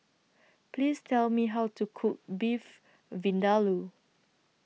Please Tell Me How to Cook Beef Vindaloo